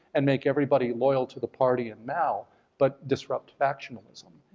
and make everybody loyal to the party and mao but disrupt factionalism.